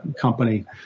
company